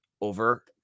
over